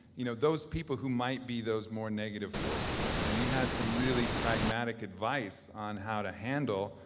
you know those people who might be those more negative forces, and you had some really pragmatic advice on how to handle.